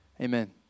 Amen